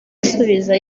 asubiza